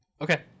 Okay